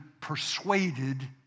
persuaded